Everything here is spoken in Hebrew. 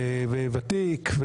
ותיק,